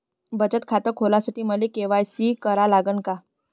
बचत खात खोलासाठी मले के.वाय.सी करा लागन का?